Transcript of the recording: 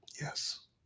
Yes